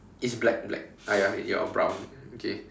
it's black black ah ya you're brown okay